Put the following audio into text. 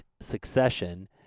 succession